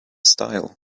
style